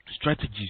strategies